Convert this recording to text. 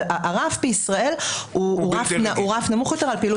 אבל הרף בישראל הוא רף נמוך יותר על פעילות בלתי רגילה.